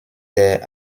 der